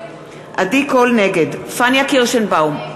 נגד פניה קירשנבאום,